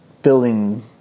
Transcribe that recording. building